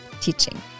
teaching